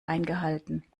eingehalten